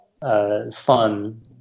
fun